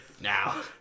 Now